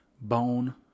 bone